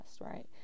right